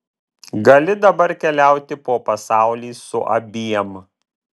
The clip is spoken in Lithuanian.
gali dabar keliauti po pasaulį su abiem